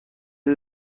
زیر